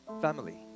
Family